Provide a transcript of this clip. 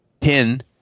pin